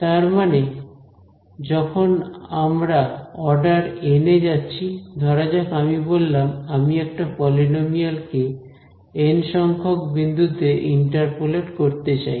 তার মানে যখন আমরা অর্ডার এন এ যাচ্ছি ধরা যাক আমি বললাম আমি একটা পলিনোমিয়াল কে এন সংখ্যক বিন্দুতে ইন্টারপোলেট করতে চাই